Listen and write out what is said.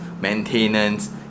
maintenance